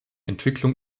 entwicklung